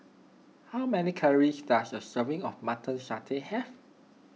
how many calories does a serving of Mutton Satay have